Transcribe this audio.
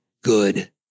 good